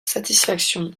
satisfaction